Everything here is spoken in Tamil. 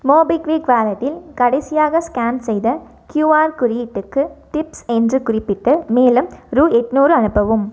மோபிக்விக் வாலெட்டில் கடைசியாக ஸ்கேன் செய்த கியூஆர் குறியீட்டுக்கு டிப்ஸ் என்று குறிப்பிட்டு மேலும் ரூபா எண்நூறு அனுப்பவும்